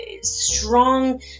strong